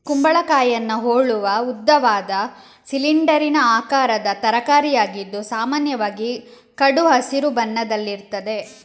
ಕುಂಬಳಕಾಯಿಯನ್ನ ಹೋಲುವ ಉದ್ದವಾದ, ಸಿಲಿಂಡರಿನ ಆಕಾರದ ತರಕಾರಿಯಾಗಿದ್ದು ಸಾಮಾನ್ಯವಾಗಿ ಕಡು ಹಸಿರು ಬಣ್ಣದಲ್ಲಿರ್ತದೆ